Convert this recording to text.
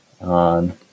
on